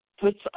puts